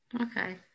Okay